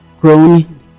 grown